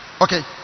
Okay